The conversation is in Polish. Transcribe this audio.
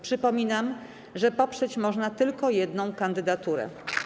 Przypominam, że poprzeć można tylko jedną kandydaturę.